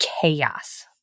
chaos